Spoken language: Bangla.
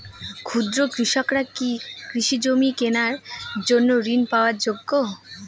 ক্ষুদ্র কৃষকরা কি কৃষি জমি কেনার জন্য ঋণ পাওয়ার যোগ্য?